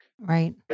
Right